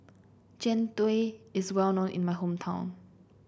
Jian Dui is well known in my hometown